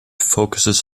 focuses